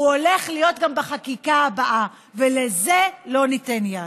הוא הולך להיות גם בחקיקה הבאה, ולזה לא ניתן יד.